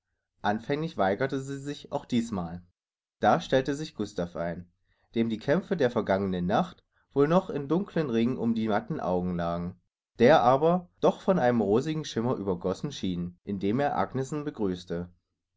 anfänglich weigerte sie sich auch dießmal da stellte sich gustav ein dem die kämpfe der vergangenen nacht wohl noch in dunklen ringen um die matten augen lagen der aber doch von einem rosigen schimmer übergossen schien indem er agnesen begrüßte